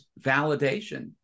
validation